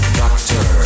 doctor